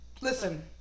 Listen